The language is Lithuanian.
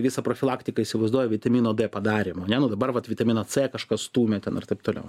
visą profilaktiką įsivaizduoja vitamino d padarymu ane nu dabar vat vitaminą c kažkas stūmė ten ir taip toliau